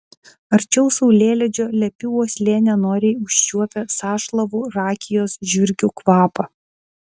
arčiau saulėlydžio lepi uoslė nenoriai užčiuopia sąšlavų rakijos žiurkių kvapą